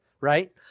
right